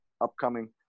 upcoming